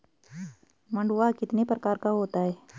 मंडुआ कितने प्रकार का होता है?